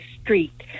street